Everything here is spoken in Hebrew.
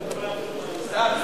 סתם, סתם.